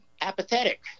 apathetic